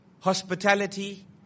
hospitality